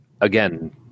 again